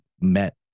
met